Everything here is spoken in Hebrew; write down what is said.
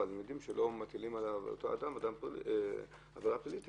אבל הם יודעים שלא מטילים על אותו אדם עבירה פלילית,